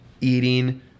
eating